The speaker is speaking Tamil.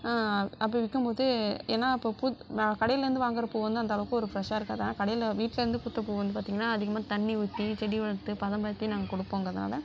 அப்படி விக்கும் போது ஏன்னா இப்போ கடையில் இருந்து வாங்கிற பூ வந்து அந்த அளவுக்கு ஒரு ஃபிரெஷ்ஷாக இருக்காது ஆனால் கடையில் வீட்டில இருந்து பூத்த பூ வந்து பார்த்திங்கன்னா அதிகமாக தண்ணி ஊற்றி செடி வளர்த்து பதம் பார்த்து நாங்கள் கொடுப்போங்கறதுனால